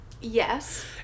Yes